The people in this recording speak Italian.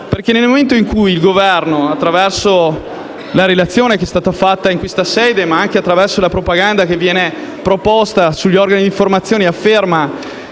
nel momento in cui il Governo, attraverso la relazione che è stata svolta in questa sede, ma anche attraverso la propaganda che viene proposta sugli organi di informazione, afferma